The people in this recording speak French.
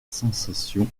sensation